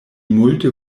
multe